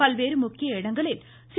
பல்வேறு முக்கிய இடங்களில் சி